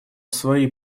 свои